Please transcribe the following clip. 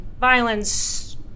violence